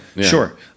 Sure